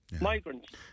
Migrants